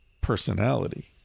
personality